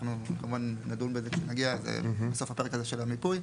אנחנו כמובן נדון בזה כשנגיע לפרק הזה של המיפוי.